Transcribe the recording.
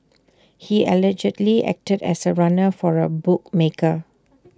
he allegedly acted as A runner for A bookmaker